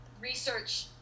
research